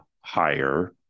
higher